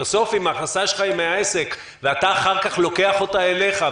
בסוף אם ההכנסה שלך היא מהעסק ואתה אחר כך לוקח אותה אליך,